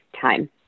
time